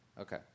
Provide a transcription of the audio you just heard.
Okay